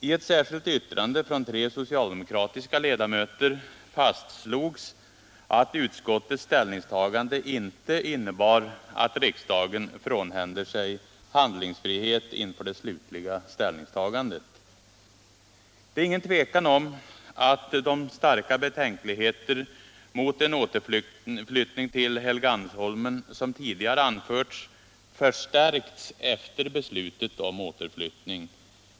I ett särskilt yttrande från tre socialdemokratiska ledamöter fastslogs att utskottets ställningstagande inte innebär att riksdagen frånhänder sig handlingsfrihet inför det slutliga ställningstagandet. Det är inget tvivel om att de starka betänkligheter mot en återflyttning till Helgeandsholmen som tidigare anförts har förstärkts efter beslutet om återflyttning.